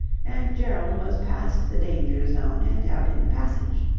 and gerald was past the danger-zone and out in the passage.